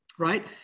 Right